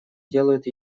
делают